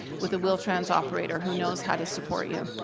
with a wheel-trans operator who knows how to support you.